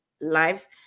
lives